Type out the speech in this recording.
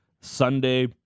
Sunday